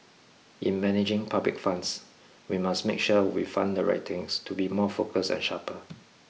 in managing public funds we must make sure we fund the right things to be more focused and sharper